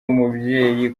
umubyeyi